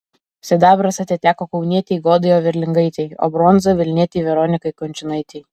sidabras atiteko kaunietei godai overlingaitei o bronza vilnietei veronikai kunčinaitei